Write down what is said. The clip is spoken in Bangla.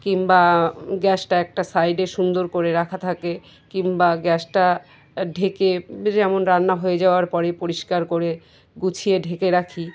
কিংবা গ্যাসটা একটা সাইডে সুন্দর করে রাখা থাকে কিংবা গ্যাসটা ঢেকে যেমন রান্না হয়ে যাওয়ার পরে পরিষ্কার করে গুছিয়ে ঢেকে রাখি